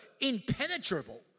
impenetrable